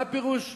מה פירוש?